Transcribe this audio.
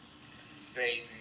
say